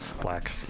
black